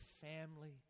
family